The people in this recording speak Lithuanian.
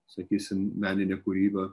sakysim meninė kūryba